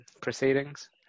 proceedings